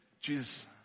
Jesus